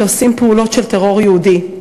שעושים פעולות של טרור יהודי,